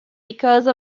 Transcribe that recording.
because